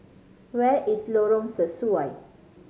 where is Lorong Sesuai